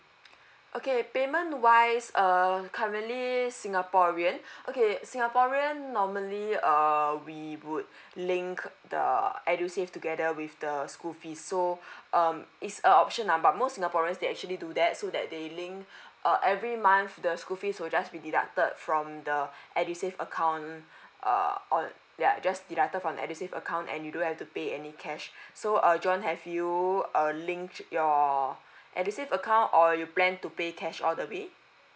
okay payment wise uh currently singaporean okay singaporean normally err we would link the edusave together with the school fees so um it's a option ah but most singaporean they actually do that so that they link uh every month the school fees will just be deducted from the edusave account uh on ya just deducted from the edusave account and you don't have to pay any cash so uh john have you uh link your edusave account or you plan to pay cash all the way